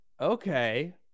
Okay